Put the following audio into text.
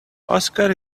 oscar